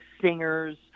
singers